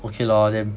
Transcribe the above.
okay lor then